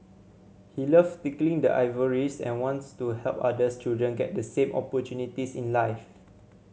he loves tinkling the ivories and wants to help others children get the same opportunities in life